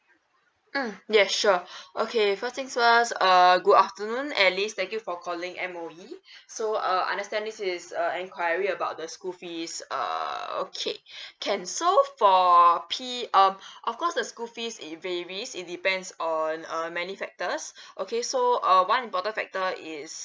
mm yeah sure okay first thing first uh good afternoon alice thank you for calling M_O_E so uh understand this is a enquiry about the school fees uh okay can so for P um of course the school fees it varies it depends on uh many factors okay so uh one important factor is